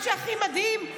מה שהכי מדהים,